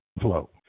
Flow